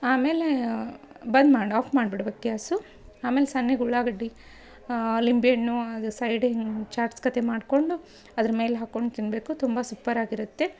ಆಮೇಲೇ ಬಂದ್ ಮಾಡಿ ಆಫ್ ಮಾಡ್ಬಿಡಬೇಕು ಗ್ಯಾಸು ಆಮೇಲೆ ಸಣ್ಣಗ್ ಉಳ್ಳಾಗಡ್ಡಿ ಲಿಂಬಿಹಣ್ಣು ಅದು ಸೈಡ್ ಹೀಗ್ ಚಾಟ್ಸ್ ಕಥೆ ಮಾಡಿಕೊಂಡು ಅದ್ರ ಮೇಲೆ ಹಾಕೊಂಡು ತಿನ್ನಬೇಕು ತುಂಬ ಸುಪ್ಪರ್ ಆಗಿರುತ್ತೆ